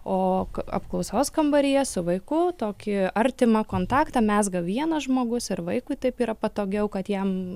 o apklausos kambaryje su vaiku tokį artimą kontaktą mezga vienas žmogus ir vaikui taip yra patogiau kad jam